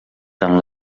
tant